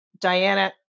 Diana